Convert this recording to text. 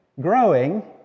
growing